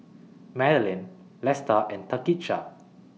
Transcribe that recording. Madilyn Lesta and Takisha